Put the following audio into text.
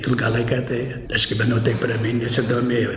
ilgą laiką tai aš gyvenau taip ramiai nesidomėjo